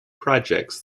projects